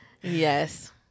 Yes